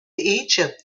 egypt